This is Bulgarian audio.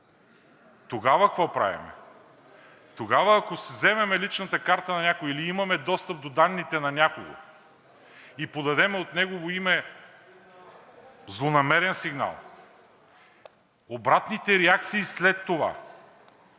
тогава какво правим?! Тогава, ако вземем личната карта на някого, или имаме достъп до данните на някого и подадем от негово име злонамерен сигнал, обратните реакции след това?!